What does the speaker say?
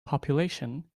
population